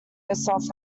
yourself